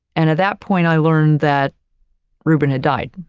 and at that point, i learned that reuben had died.